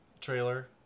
trailer